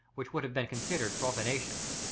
which would have been considered profanation.